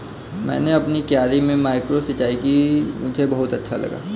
मैंने अपनी क्यारी में माइक्रो सिंचाई की मुझे बहुत अच्छा लगा